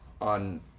on